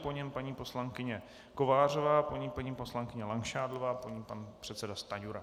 Po něm paní poslankyně Kovářová, po ní paní poslankyně Langšádlová, po ní pan předseda Stanjura.